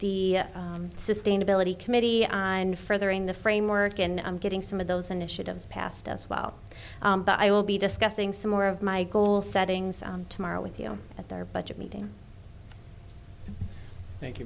the sustainability committee and furthering the framework and i'm getting some of those initiatives passed as well but i will be discussing some more of my goal setting tomorrow with you at their budget meeting thank you